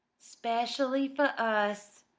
specially for us,